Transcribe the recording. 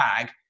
bag